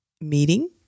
meeting